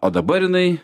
o dabar jinai